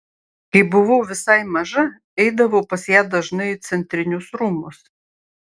kai buvau visai maža eidavau pas ją dažnai į centrinius rūmus